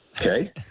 Okay